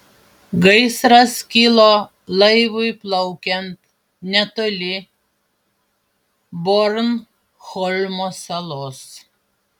gaisras kilo laivui plaukiant netoli bornholmo salos